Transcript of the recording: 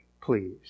please